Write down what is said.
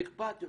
ואמפתיה.